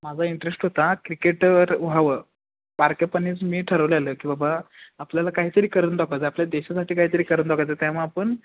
माझा इंटरेस्ट होता क्रिकेटर व्हावं बारकेपणीच मी ठरवलेलं की बाबा आपल्याला काहीतरी करून दाखवायचं आहे आपल्या देशासाठी काहीतरी करून दाखवायचं आहे तेव्हा आपण